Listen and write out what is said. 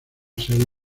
serie